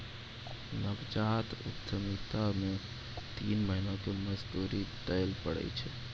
नवजात उद्यमिता मे तीन महीना मे मजदूरी दैल पड़ै छै